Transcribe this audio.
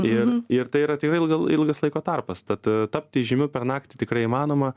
ir ir tai yra tikrai ilga ilgas laiko tarpas tad tapti žymiu per naktį tikrai įmanoma